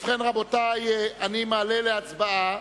ובכן, רבותי, אני מעלה להצבעה